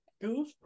goof